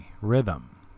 rhythm